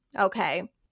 Okay